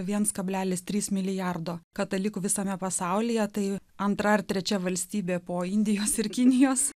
viens kablelis trys milijardo katalikų visame pasaulyje tai antra ar trečia valstybė po indijos ir kinijos